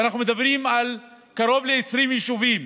ואנחנו מדברים על קרוב ל-20 יישובים,